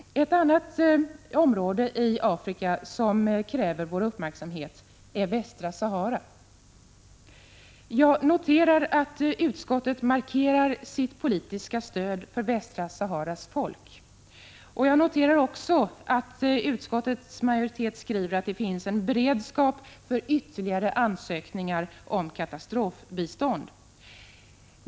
Ett annat område i Afrika som kräver vår uppmärksamhet är Västsahara. Jag noterar att utskottet markerar sitt politiska stöd för Västsaharas folk. Jag noterar också att utskottets majoritet skriver att det finns en beredskap för ytterligare ansökningar om katastrofbistånd.